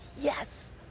yes